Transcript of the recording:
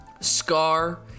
Scar